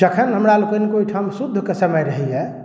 जखन हमरा लोकनिके ओहिठाम शुद्धके समय रहैए